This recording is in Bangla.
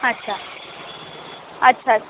আচ্ছা আচ্ছা আচ্ছা